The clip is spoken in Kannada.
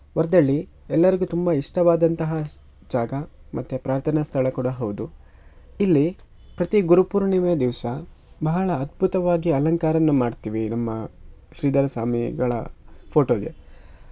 ವರ್ದಳ್ಳಿ ಎಲ್ಲರಿಗೂ ತುಂಬ ಇಷ್ಟವಾದಂತಹ ಸ್ಥ ಜಾಗ ಮತ್ತು ಪ್ರಾರ್ಥನಾ ಸ್ಥಳ ಕೂಡ ಹೌದು ಇಲ್ಲಿ ಪ್ರತಿ ಗುರುಪೂರ್ಣಿಮೆಯ ದಿವಸ ಬಹಳ ಅದ್ಭುತವಾಗಿ ಅಲಂಕಾರನ ಮಾಡ್ತೀವಿ ನಮ್ಮ ಶ್ರೀಧರ ಸ್ವಾಮಿಗಳ ಫೋಟೋಗೆ